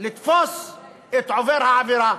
לתפוס את עובר העבירה,